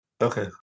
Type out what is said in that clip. Okay